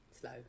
Slow